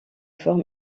forme